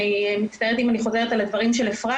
אני מצטערת אם אני חוזרת על דבריו של אפרים,